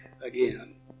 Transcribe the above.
again